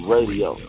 Radio